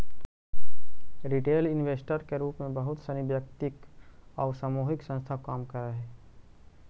retail investor के रूप में बहुत सनी वैयक्तिक आउ सामूहिक संस्था काम करऽ हइ